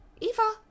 Eva